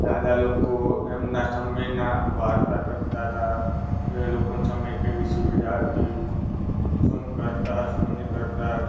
દાદા લોકો એમના સમયના વાર્તા કરતા હતા એ લોકોના સમયે કેવી સુવિધા હતી શું કરતા શું નહીં કરતા